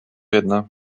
jedna